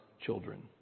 children